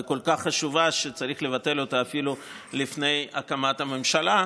שהיא כל כך חשובה שצריך לבטל אותה אפילו לפני הקמת הממשלה.